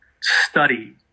study